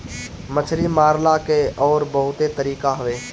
मछरी मारला के अउरी बहुते तरीका हवे